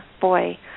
boy